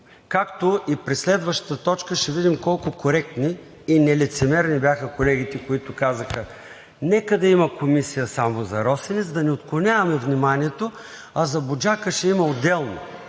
Както и при следващата точка ще видим колко коректни и нелицемерни бяха колегите, които казаха: нека да има комисия само за „Росенец“, да не отклоняваме вниманието, а за „Буджака“ ще има отделно,